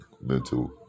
mental